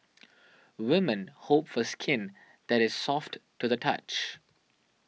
women hope for skin that is soft to the touch